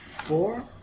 Four